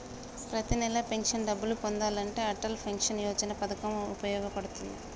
ప్రతి నెలా పెన్షన్ డబ్బులు పొందాలంటే అటల్ పెన్షన్ యోజన పథకం వుపయోగ పడుతుంది